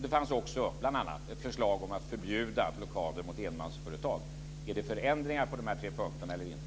Det fanns också bl.a. ett förslag om att förbjuda blockader mot enmansföretag. Är det förändringar på de här tre punkterna eller inte?